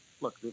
look